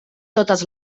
totes